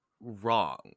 wrong